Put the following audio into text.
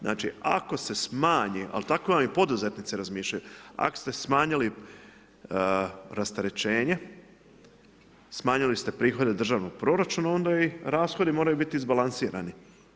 Znači ako se smanji ali tako vam i poduzetnici razmišljaju, ako ste smanjili rasterećenje, smanjili ste prihode državnog proračuna onda i rashodi moraju biti izbalansirani.